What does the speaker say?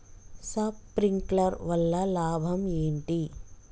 Sprinkler వల్ల లాభం ఏంటి?